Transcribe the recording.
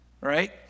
right